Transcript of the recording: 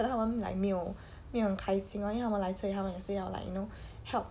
可能他们 like 没有没有很开心 lor 因为他们来这里他们也是要 like you know help